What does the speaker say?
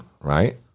right